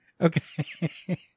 Okay